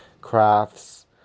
crafts